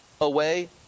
away